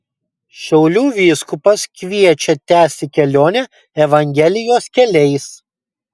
šiaulių vyskupas kviečia tęsti kelionę evangelijos keliais